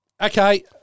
Okay